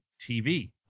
TV